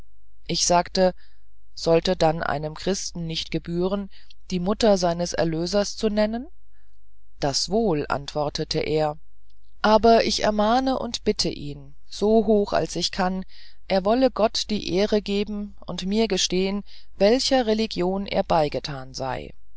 ich sagte sollte dann einem christen nicht gebühren die mutter seines erlösers zu nennen das wohl antwortete er aber ich ermahne und bitte ihn so hoch als ich kann er wolle gott die ehre geben und mir gestehen welcher religion er beigetan sei